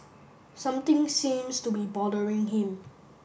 something seems to be bothering him